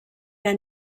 der